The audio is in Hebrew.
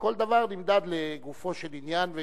כל דבר נמדד לגופו של עניין.